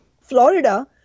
Florida